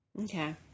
Okay